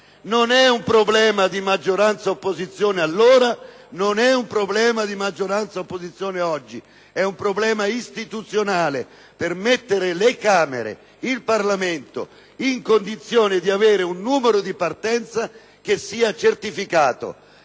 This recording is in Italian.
Non era un problema di maggioranza e opposizione allora, non è un problema di maggioranza e opposizione oggi: è un problema istituzionale, per mettere il Parlamento in condizione di avere un numero di partenza che sia certificato